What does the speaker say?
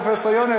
פרופסור יונה,